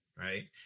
Right